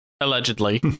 Allegedly